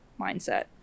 mindset